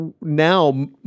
now